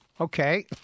okay